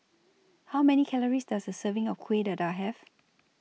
How Many Calories Does A Serving of Kuih Dadar Have